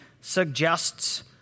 suggests